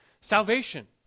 Salvation